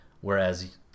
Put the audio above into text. Whereas